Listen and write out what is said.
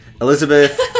elizabeth